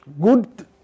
good